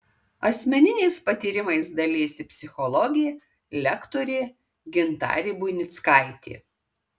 asmeniniais patyrimais dalijasi psichologė lektorė gintarė buinickaitė